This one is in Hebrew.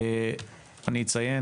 אני אציין,